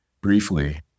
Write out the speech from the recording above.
briefly